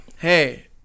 hey